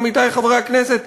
עמיתי חברי הכנסת,